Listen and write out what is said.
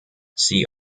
see